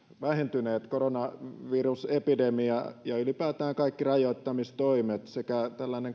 vähentyneet koronavirusepidemia ja ylipäätään kaikki rajoittamistoimet sekä